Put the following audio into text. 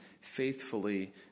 faithfully